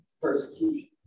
persecution